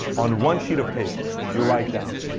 on one sheet of paper, you write down,